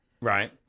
Right